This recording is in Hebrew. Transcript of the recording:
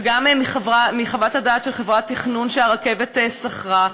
וגם מחוות הדעת של חברת תכנון שהרכבת שכרה,